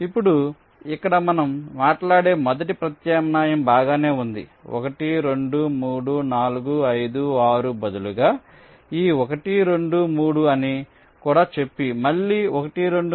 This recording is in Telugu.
ఇప్పుడు ఇక్కడ మనం మాట్లాడే మొదటి ప్రత్యామ్నాయం బాగానే ఉంది 1 2 3 4 5 6 బదులుగా ఈ 1 2 3 అని కూడా చెప్పి మళ్ళీ 1 2